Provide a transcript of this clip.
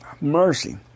Mercy